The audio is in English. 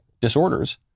disorders